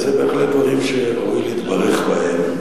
אלה בהחלט דברים שראוי להתברך בהם,